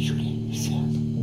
žiūri į sieną